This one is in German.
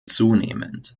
zunehmend